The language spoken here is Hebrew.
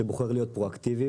שבוחר להיות פרואקטיבי,